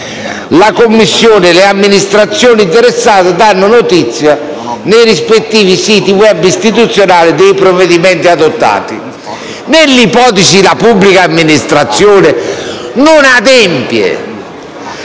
La Commissione e le amministrazioni interessate danno notizia, nei rispettivi siti web istituzionali, dei provvedimenti adottati». Nell'ipotesi in cui la pubblica amministrazione non adempia